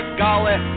golly